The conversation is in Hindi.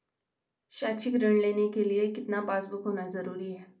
शैक्षिक ऋण लेने के लिए कितना पासबुक होना जरूरी है?